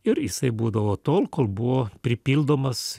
ir jisai būdavo tol kol buvo pripildomas